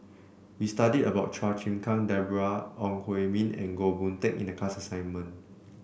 we studied about Chua Chim Kang Deborah Ong Hui Min and Goh Boon Teck in the class assignment